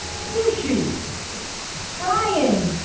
sushi bryan